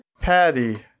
Patty